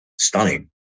stunning